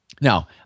Now